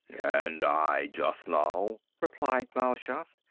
and i, just now, replied mal shaff,